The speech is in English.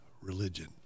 religion